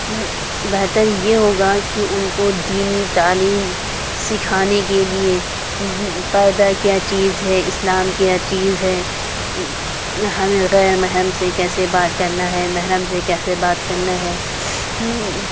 بہتر یہ ہوگا کہ ان کو دینی تعلیم سکھانے کے لیے پردہ کیا چیز ہے اسلام کیا چیز ہے ہمیں غیر محرم سے کیسے بات کرنا ہے محرم سے کیسے بات کرنا ہے